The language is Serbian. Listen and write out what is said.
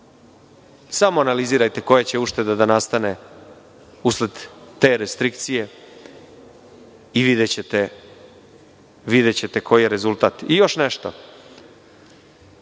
Samo analizirajte koja će ušteda da nastane usled te restrikcije i videćete koji je rezultat. Još nešto,